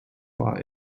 war